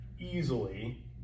easily